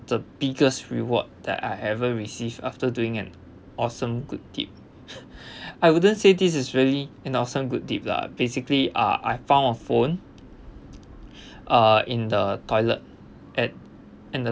the biggest reward that I ever receive after doing an awesome good deed I wouldn't say this is really an awesome good deed lah basically ah I found a phone uh in the toilet at in the